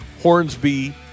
Hornsby